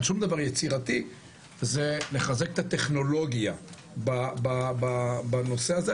שום דבר יצירתי - זה לחזק את הטכנולוגיה בנושא הזה.